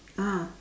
ah